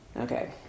Okay